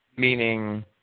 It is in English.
Meaning